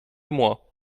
moi